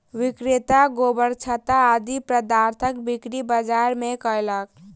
विक्रेता गोबरछत्ता आदि पदार्थक बिक्री बाजार मे कयलक